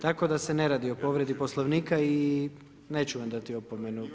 Tako da se ne radi o povredi Poslovnika i neću vam dati opomenu.